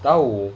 tahu